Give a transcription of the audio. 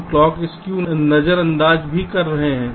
हम clock skew नजरअंदाज भी कर रहे हैं